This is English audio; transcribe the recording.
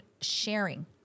sharing